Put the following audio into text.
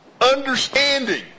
understanding